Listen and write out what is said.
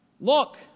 Look